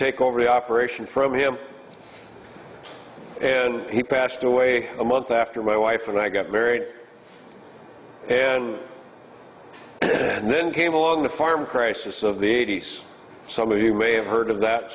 take over the operation from him and he passed away a month after my wife and i got married and then came along the farm crisis of the eighty's some of you may have heard of that